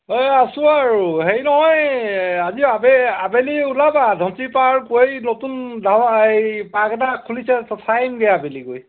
অ'ই আছোঁ আৰু হেৰি নহয় আজি আবে আবেলি ওলাবা নদী পাৰ গৈ নতুন ধ এই পাৰ্ক এটা খুলিছে চাই আহিমগৈ আবেলি গৈ